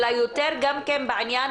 אלא יותר גם כן בעניין